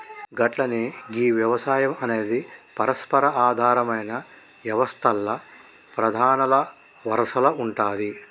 గట్లనే గీ యవసాయం అనేది పరస్పర ఆధారమైన యవస్తల్ల ప్రధానల వరసల ఉంటాది